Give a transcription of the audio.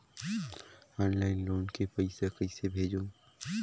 Online loan के पईसा कइसे भेजों?